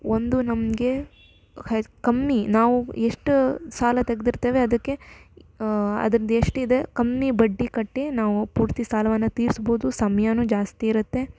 ಒಂದು ನಮಗೆ ಹೆ ಕಮ್ಮಿ ನಾವು ಎಷ್ಟು ಸಾಲ ತೆಗೆದಿರ್ತೇವೆ ಅದಕ್ಕೆ ಅದ್ರದ್ದು ಎಷ್ಟಿದೆ ಕಮ್ಮಿ ಬಡ್ಡಿ ಕಟ್ಟಿ ನಾವು ಪೂರ್ತಿ ಸಾಲವನ್ನು ತೀರಿಸ್ಬೋದು ಸಮಯನೂ ಜಾಸ್ತಿ ಇರುತ್ತೆ